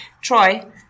Troy